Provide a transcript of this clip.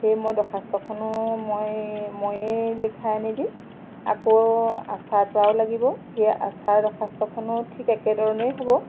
সেই মই দৰ্খাস্তখনো মই মইয়ে লিখাই আনি দিম আকৌ আচাৰ পৰাও লাগিব সেয়া আচাৰ দৰ্খাস্তখনো ঠিক একেধৰণেই হ'ব